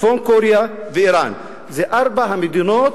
צפון-קוריאה ואירן אלה ארבע המדינות